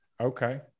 okay